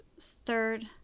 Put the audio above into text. third